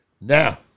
Now